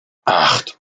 acht